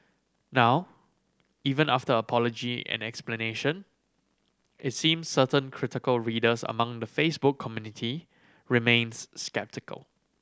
now even after her apology and explanation it seems certain critical readers among the Facebook community remains sceptical